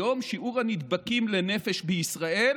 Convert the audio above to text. היום שיעור הנדבקים לנפש בישראל